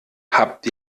habt